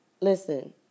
Listen